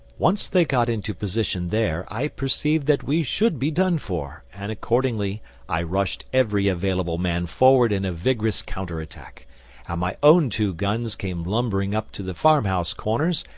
once they got into position there i perceived that we should be done for, and accordingly i rushed every available man forward in a vigorous counter attack, and my own two guns came lumbering up to the farmhouse corners,